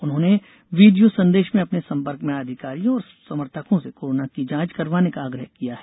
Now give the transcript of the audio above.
उन्होंने वीडियो संदेष में अपने सम्पर्क में आए अधिकारियों और समर्थकों से कोरोना की जांच करवाने का आग्रह किया है